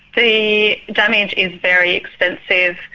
the damage is very extensive.